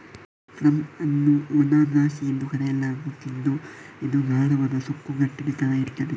plum ಅನ್ನು ಒಣ ದ್ರಾಕ್ಷಿ ಎಂದು ಕರೆಯಲಾಗುತ್ತಿದ್ದು ಇದು ಗಾಢವಾದ, ಸುಕ್ಕುಗಟ್ಟಿದ ತರ ಇರ್ತದೆ